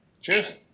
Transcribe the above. Cheers